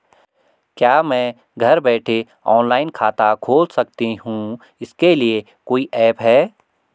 क्या मैं घर बैठे ऑनलाइन खाता खोल सकती हूँ इसके लिए कोई ऐप है?